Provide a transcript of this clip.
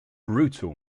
brutal